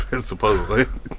Supposedly